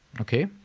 Okay